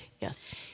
Yes